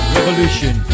Revolution